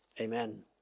Amen